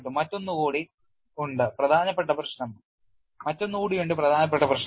മറ്റൊന്ന് കൂടി ഉണ്ട് പ്രധാനപ്പെട്ട പ്രശ്നം